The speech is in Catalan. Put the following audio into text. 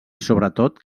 sobretot